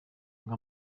ngo